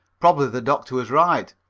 probably the doctor was right,